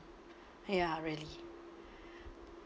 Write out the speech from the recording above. ya really